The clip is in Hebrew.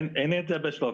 אין לי את זה ב "שלוף",